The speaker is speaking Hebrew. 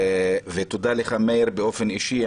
תודה לך, מאיר, באופן אישי.